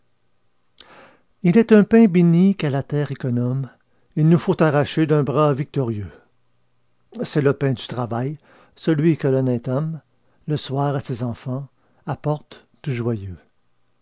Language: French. il est un pain béni qu'à la terre économe il nous faut arracher d'un bras victorieux c'est le pain du travail celui que l'honnête homme le soir à ses enfants apporte tout joyeux